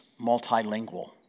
multilingual